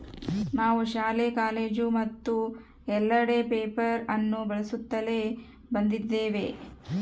ನಾವು ಶಾಲೆ, ಕಾಲೇಜು ಮತ್ತು ಎಲ್ಲೆಡೆ ಪೇಪರ್ ಅನ್ನು ಬಳಸುತ್ತಲೇ ಬಂದಿದ್ದೇವೆ